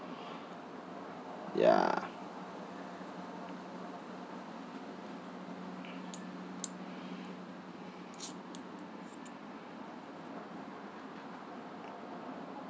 ya